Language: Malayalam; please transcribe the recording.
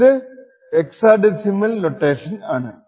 ഇത് ഹെക്സ ഡെസിമൽ നോട്ടേഷൻ ആണ്